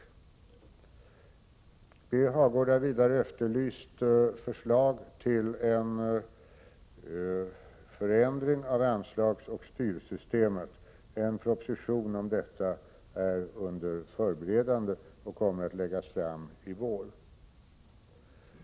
Birger Hagård efterlyste vidare förslag till en förändring av anslagsoch styrsystemet. En proposition om detta är under förberedande och kommer att läggas fram i vår.